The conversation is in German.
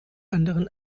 anderen